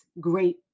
great